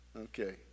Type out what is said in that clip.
Okay